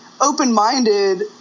open-minded